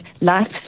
Life